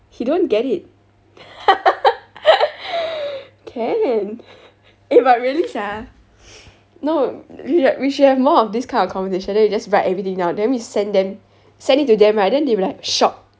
he don't get it can eh but really sia no we like we should have more of this kind of conversation then we just write everything down then we send them send it to them right then they'll be like shocked